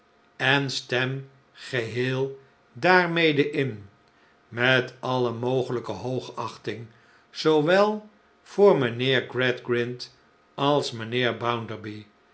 en stem geheel daarmede in met alle mogelijke hoogachting zoowel voor mijnheer g radgrind als mijnheer bounderby